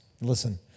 Listen